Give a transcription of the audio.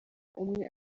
umwe